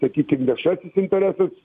sakykim viešasis interesas